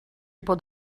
bod